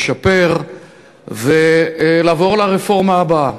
לשפר ולעבור לרפורמה הבאה,